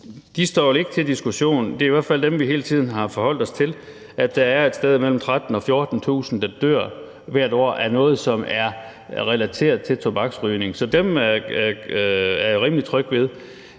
står vel ikke til diskussion – det er i hvert fald dem, vi hele tiden har forholdt os til – og de viser, at der er et sted mellem 13.000 og 14.000, der hvert år dør af noget, som er relateret til tobaksrygning. Så de tal er jeg rimelig tryg ved.